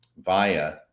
via